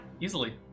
easily